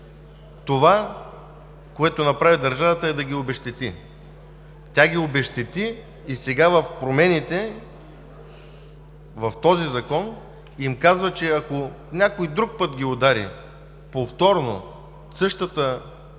това, което направи държавата, е да ги обезщети. Тя ги обезщети и сега с промените в този закон им казва, че ако някой друг път ги удари повторно същото